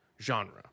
genre